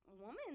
woman